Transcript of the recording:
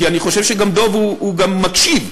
כי אני חושב שדב גם מקשיב.